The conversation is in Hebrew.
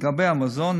לגבי המזון,